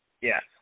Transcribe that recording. Yes